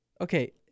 Okay